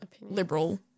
liberal